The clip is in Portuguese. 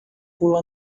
pula